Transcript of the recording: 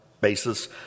basis